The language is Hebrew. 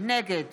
נגד